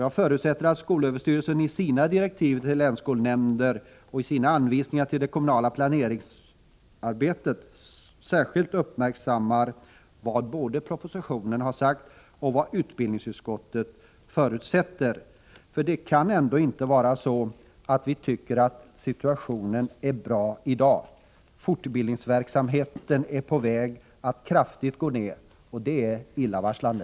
Jag förutsätter vidare att skolöverstyrelsen i sina direktiv till länsskolnämnderna och i sina anvisningar till det kommunala planeringsarbetet uppmärksammar vad som har sagts både i propositionen och i utbildningsutskottets betänkande. Jag anser inte att situationen i dag är bra. Fortbildningsverksamheten är på väg att kraftigt minska. Detta är illavarslande.